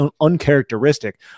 uncharacteristic